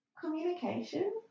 communication